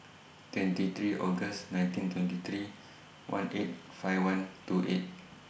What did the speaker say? twenty three August nineteen twenty three one eight five one two eight